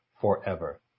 forever